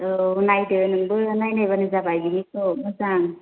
औ नायदो नोंबो नायनायबानो जाबाय बिनिखौ मोजां